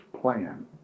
plan